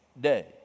day